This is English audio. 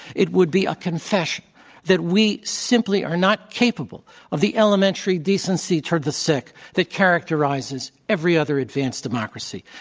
it would be a confession that we simply are not capable of the elementary decency toward the sick that characterizes every other advanced democracy.